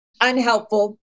unhelpful